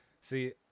see